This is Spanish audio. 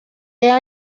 muchos